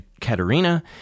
Katerina